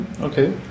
Okay